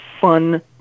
fun